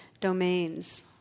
domains